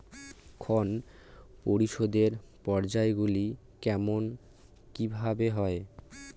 ঋণ পরিশোধের পর্যায়গুলি কেমন কিভাবে হয়?